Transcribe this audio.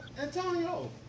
Antonio